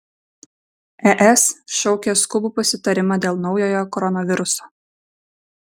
es šaukia skubų pasitarimą dėl naujojo koronaviruso